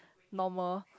normal